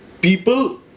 people